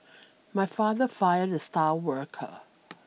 my father fired the star worker